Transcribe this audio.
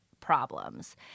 problems